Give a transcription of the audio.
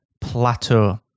plateau